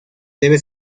debe